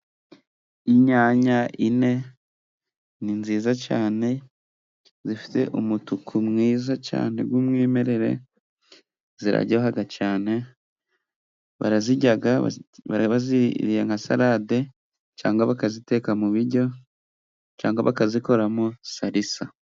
Inyanya enye ni nziza cyane, zifite umutuku mwiza cyane w'umwimerere, ziraryoha cyane, barazirya baziriye nka sarade, cyangwa bakaziteka mu biryo, cyangwa bakazikoramo sarisa.